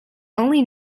only